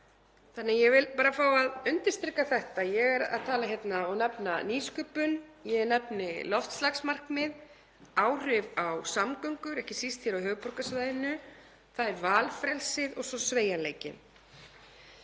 nýsköpunar. Ég vil bara fá að undirstrika þetta, að ég er að tala hérna um og nefna nýsköpun. Ég nefni loftslagsmarkmið, áhrif á samgöngur, ekki síst hér á höfuðborgarsvæðinu, það er valfrelsið og svo sveigjanleikinn.